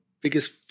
biggest